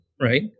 right